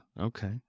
Okay